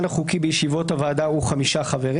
החוקי בישיבות הוועדה הוא חמישה חברים.